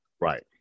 Right